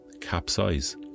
capsize